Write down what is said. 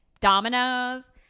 dominoes